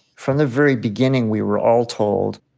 from the very beginning we were all told,